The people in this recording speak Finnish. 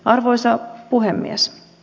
arvoisa puhemies